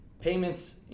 payments